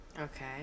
Okay